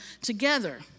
together